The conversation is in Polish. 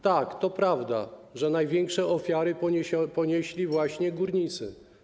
Tak, to prawda, że największe ofiary ponieśli właśnie górnicy.